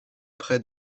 près